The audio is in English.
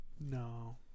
no